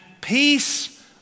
peace